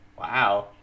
wow